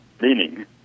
meaning